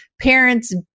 parents